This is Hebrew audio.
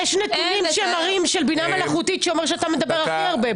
יש נתונים של בינה מלאכותית שמראים שכאן אתה מדבר הכי הרבה.